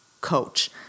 coach